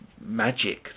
magic